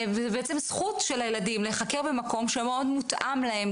זו זכות של הילדים להיחקר במקום שמאוד מותאם להם,